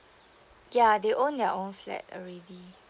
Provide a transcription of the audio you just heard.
ya they own their own flat already